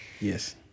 Yes